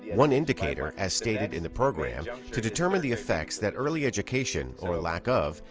one indicator as stated in the program to determine the effects that early education or lack of,